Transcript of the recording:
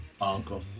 Uncle